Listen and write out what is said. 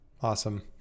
Awesome